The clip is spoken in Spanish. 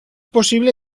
posible